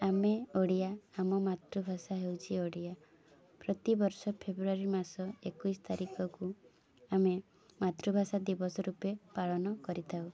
ଆମେ ଓଡ଼ିଆ ଆମ ମାତୃଭାଷା ହେଉଛି ଓଡ଼ିଆ ପ୍ରତିବର୍ଷ ଫେବୃଆରୀ ମାସ ଏକୋଇଶ ତାରିଖକୁ ଆମେ ମାତୃଭାଷା ଦିବସ ରୂପେ ପାଳନ କରିଥାଉ